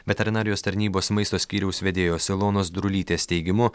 veterinarijos tarnybos maisto skyriaus vedėjos ilonos drulytės teigimu